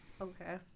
Okay